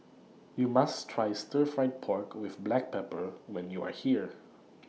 YOU must Try Stir Fried Pork with Black Pepper when YOU Are here